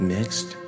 Next